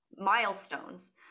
milestones